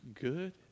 good